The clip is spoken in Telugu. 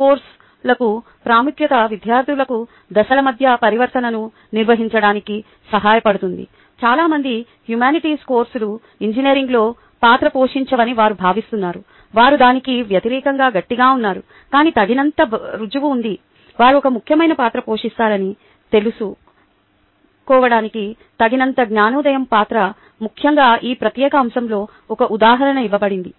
కోర్సులకు ప్రాముఖ్యత విద్యార్థులకు దశల మధ్య పరివర్తనను నిర్వహించడానికి సహాయపడుతుంది చాలా మంది హ్యుమానిటీస్ కోర్సులు ఇంజనీరింగ్లో పాత్ర పోషించవని వారు భావిస్తున్నారు వారు దానికి వ్యతిరేకంగా గట్టిగా ఉన్నారు కానీ తగినంత రుజువు ఉంది వారు ఒక ముఖ్యమైన పాత్ర పోషిస్తారని తెలుసుకోవడానికి తగినంత జ్ఞానోదయం పాత్ర ముఖ్యంగా ఈ ప్రత్యేక అంశంలో ఒక ఉదాహరణ ఇవ్వబడింది